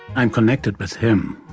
i'm connected with him,